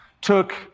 took